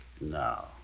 No